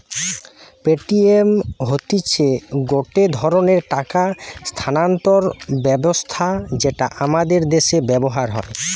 Paytm হতিছে গটে ধরণের টাকা স্থানান্তর ব্যবস্থা যেটা আমাদের দ্যাশে ব্যবহার হয়